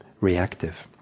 reactive